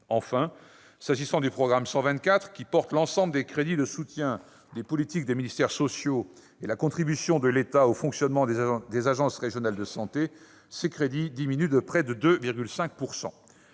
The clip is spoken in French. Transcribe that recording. Enfin, s'agissant du programme 124- il porte l'ensemble des crédits de soutien des politiques des ministères sociaux et la contribution de l'État au fonctionnement des agences régionales de santé -, ses crédits diminuent de près de 2,5 %.